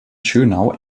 schönau